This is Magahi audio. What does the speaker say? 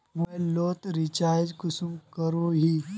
मोबाईल लोत रिचार्ज कुंसम करोही?